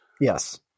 Yes